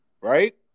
right